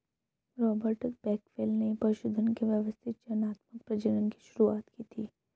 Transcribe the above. Robert Bakewell ने पशुधन के व्यवस्थित चयनात्मक प्रजनन की शुरुआत की थी